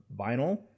vinyl